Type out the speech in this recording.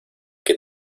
que